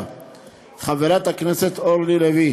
חברת הכנסת אורלי לוי